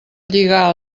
lligar